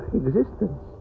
existence